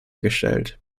gestellt